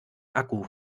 akku